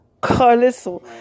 Carlisle